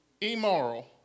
immoral